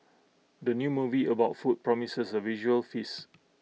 the new movie about food promises A visual feast